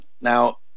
Now